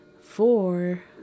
four